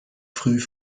früh